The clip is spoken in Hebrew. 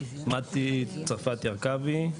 מטי צרפתי הרכבי,